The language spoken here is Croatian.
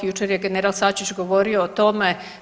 Jučer je general Sačić govorio o tome.